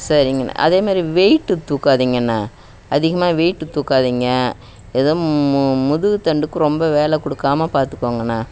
சரிங்கண்ணா அதேமாதிரி வெயிட்டு தூக்காதிங்கண்ணா அதிகமாக வெயிட்டு தூக்காதிங்க எதுவும் மு முதுகுத் தண்டுக்கு ரொம்ப வேலை கொடுக்காம பாத்துக்கோங்கண்ணா